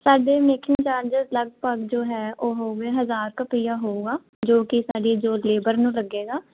ਸਾਡੇ making charges ਲਗਭਗ ਜੋ ਹੈ ਉਹ ਹੋਊਗੇ ਹਜ਼ਾਰ ਕੁ ਰੁਪਈਆ ਹੋਵੇਗਾ ਜੋ ਕਿ ਸਾਡੀ ਜੋ ਲੇਬਰ ਨੂੰ ਲੱਗੇਗਾ